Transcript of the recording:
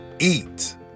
Eat